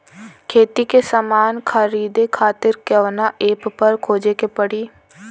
खेती के समान खरीदे खातिर कवना ऐपपर खोजे के पड़ी?